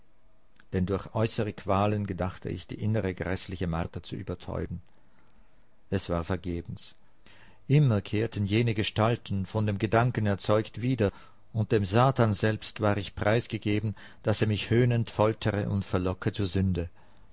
denn durch äußere qualen gedachte ich die innere gräßliche marter zu übertäuben es war vergebens immer kehrten jene gestalten von dem gedanken erzeugt wieder und dem satan selbst war ich preisgegeben daß er mich höhnend foltere und verlocke zur sünde